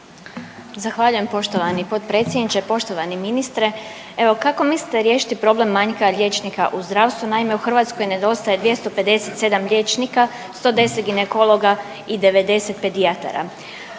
Zahvaljujem poštovani potpredsjedniče, poštovani ministre. Evo, kako mislite riješiti problem manjka liječnika u zdravstvu? Naime, u Hrvatskoj nedostaje 257 liječnika, 110 ginekologa i 90 pedijatara.